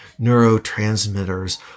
neurotransmitters